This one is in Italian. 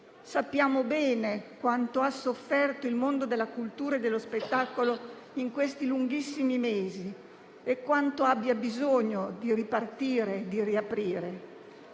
Sappiamo bene quanto abbia sofferto il mondo della cultura e dello spettacolo in questi lunghissimi mesi e quanto abbia bisogno di ripartire e di riaprire.